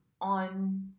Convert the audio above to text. on